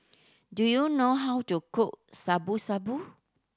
do you know how to cook Shabu Shabu